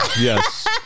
Yes